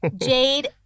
Jade